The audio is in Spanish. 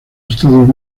estados